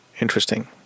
interesting